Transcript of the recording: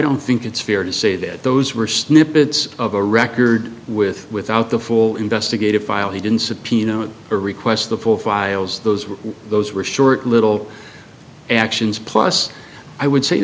don't think it's fair to say that those were snippets of a record with without the full investigative file he didn't subpoena or requests the full files those were those were short little actions plus i would say